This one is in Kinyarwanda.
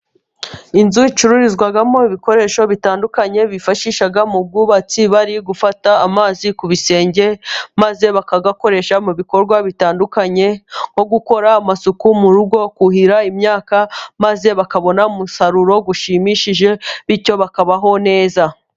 Inzu icururizwamo ibikoresho bitandukanye bifashisha mu bwubatsi bari gufata amazi ku bisenge, maze bakayakoresha mu bikorwa bitandukanye nko gukora amasuku mu rugo, kuhira imyaka, maze bakabona umusaruro ushimishije, bityo bakabaho neza.